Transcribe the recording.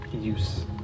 use